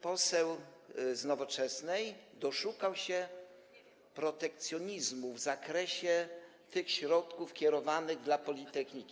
Poseł z Nowoczesnej doszukał się protekcjonizmu w zakresie tych środków kierowanych do politechniki.